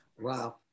wow